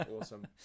awesome